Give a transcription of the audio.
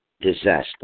disaster